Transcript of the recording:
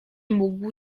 mógł